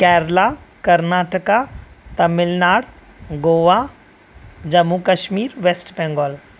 Kerala Karnataka Tamil Nadu Goa Jammu Kashmir West Bengal